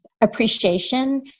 appreciation